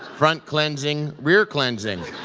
front cleansing, rear cleansing.